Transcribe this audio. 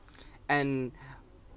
and